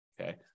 Okay